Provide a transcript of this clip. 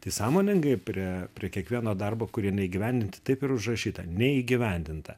tai sąmoningai prie prie kiekvieno darbo kurie neįgyvendinti taip ir užrašyta neįgyvendinta